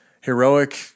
heroic